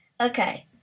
Okay